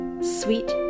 sweet